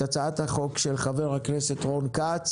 הצעת החוק של חבר הכנסת רון כץ